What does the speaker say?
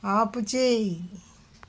ఆపుచేయి